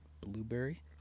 Blueberry